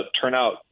turnout